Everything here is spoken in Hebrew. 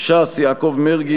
ש"ס: יעקב מרגי.